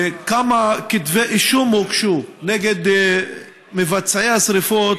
3. כמה כתבי אישום הוגשו נגד מבצעי השרפות?